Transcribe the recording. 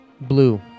Blue